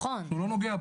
הוא לא נוגע.